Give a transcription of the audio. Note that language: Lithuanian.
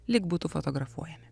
lyg būtų fotografuojami